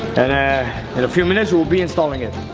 and ah in a few minutes we'll be installing it